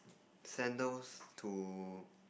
sandals to